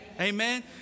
amen